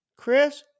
Chris